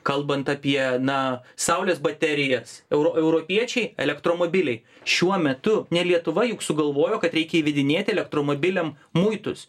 kalbant apie na saulės baterijas euro europiečiai elektromobiliai šiuo metu ne lietuva juk sugalvojo kad reikia įvedinėti elektromobiliam muitus